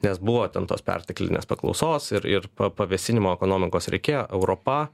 nes buvo ten tos perteklinės paklausos ir ir pa pavėsinimo ekonomikos reikėjo europa